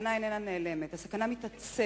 הסכנה איננה נעלמת, הסכנה מתעצמת.